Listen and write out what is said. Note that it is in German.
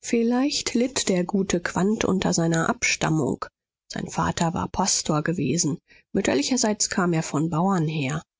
vielleicht litt der gute quandt unter seiner abstammung sein vater war pastor gewesen mütterlicherseits kam er von bauern her